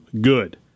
good